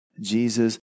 Jesus